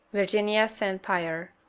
virginia st. pierre.